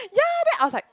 ya then I was like